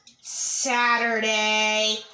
Saturday